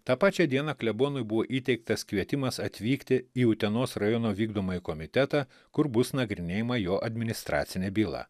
tą pačią dieną klebonui buvo įteiktas kvietimas atvykti į utenos rajono vykdomąjį komitetą kur bus nagrinėjama jo administracinė byla